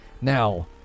Now